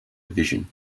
division